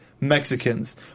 Mexicans